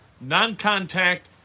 non-contact